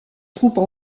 troupes